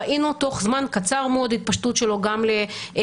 ראינו תוך זמן קצר מאוד התפשטות שלו גם לסיישל,